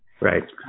Right